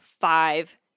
five